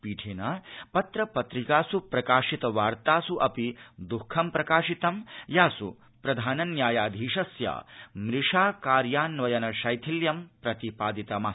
पीठ ्य प्रत्र पत्रिकासु प्रकाशित वार्तासु अपि दुःखं प्रकाशितं यासु प्रधान न्यायाधीशस्य मृषा कार्यान्वयन शैथिल्यं प्रतिपादितमस्ति